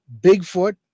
Bigfoot